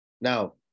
now